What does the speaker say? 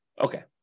Okay